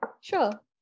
Sure